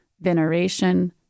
veneration